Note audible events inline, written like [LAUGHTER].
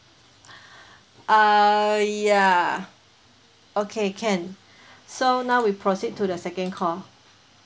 [BREATH] uh ya okay can so now we proceed to the second call